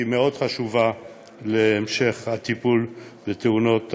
כי היא מאוד חשובה להמשך הטיפול בתאונות העבודה,